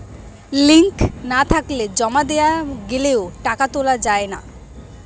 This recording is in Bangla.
লিঙ্ক না থাকলে জমা দেওয়া গেলেও টাকা তোলা য়ায় না কেন?